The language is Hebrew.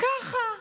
ככה.